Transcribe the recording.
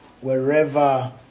wherever